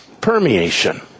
Permeation